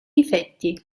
difetti